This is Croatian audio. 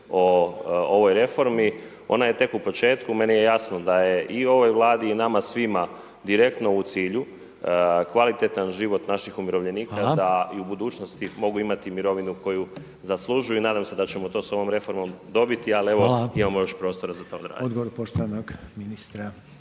o ovoj reformi. Ona je tek na početku, meni je jasno da je i ovoj Vladi i nama svima direktno u cilju kvalitetan život naših umirovljenika da i u budućnosti mogu imati mirovinu koju zaslužuju i nadam se da ćemo to su ovom reformom dobiti, ali evo, imamo još prostora za …/Govornik